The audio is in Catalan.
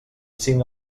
cinc